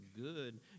good